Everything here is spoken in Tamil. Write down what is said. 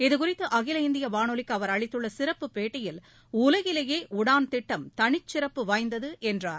இதுகுறித்து அகில இந்திய வானொலிக்கு அவர் அளித்துள்ள சிறப்புப் பேட்டியில் உலகிலேயே உடான் திட்டம் தனிச் சிறப்பு வாய்ந்தது என்றார்